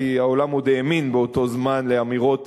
כי העולם עוד האמין, באותו זמן, לאמירות